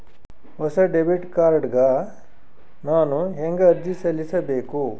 ಹೊಸ debit card ಗ ನಾನು ಹೆಂಗ ಅರ್ಜಿ ಸಲ್ಲಿಸಬೇಕು?